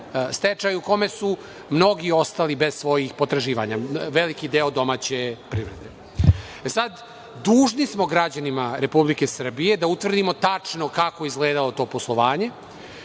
stečaju u kome su mnogi ostali bez svojih potraživanja, veliki deo domaće privrede. Dužni smo građanima Republike Srbije da utvrdimo tačno kako je izgledalo to poslovanje